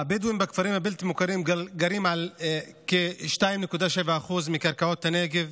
הבדואים בכפרים הבלתי-מוכרים גרים על כ-2.7% מקרקעות הנגב.